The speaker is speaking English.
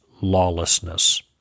lawlessness